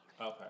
Okay